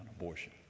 abortion